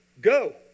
go